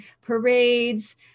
parades